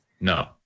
No